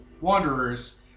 wanderers